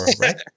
right